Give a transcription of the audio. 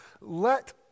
let